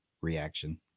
reaction